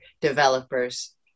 developers